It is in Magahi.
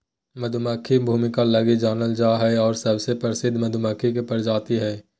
मधुमक्खी भूमिका लगी जानल जा हइ और सबसे प्रसिद्ध मधुमक्खी के प्रजाति हइ